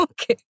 Okay